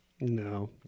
no